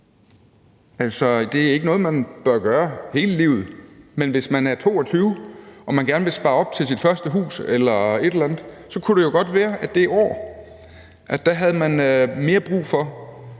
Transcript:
Det er ikke noget, man bør gøre hele livet, men hvis man er 22 år og man gerne vil spare op til sit første hus eller et eller andet, kunne det jo godt være, at det år havde man mere brug for